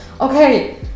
okay